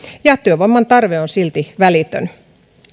ja työvoiman tarve on silti välitön